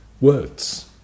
words